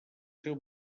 seu